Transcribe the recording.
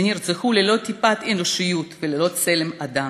שנרצחו ללא טיפת אנושיות וללא צלם אדם,